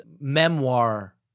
memoir